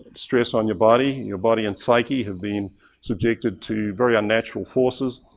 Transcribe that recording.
stress on your body. your body and psyche have been subjected to very unnatural forces.